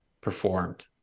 performed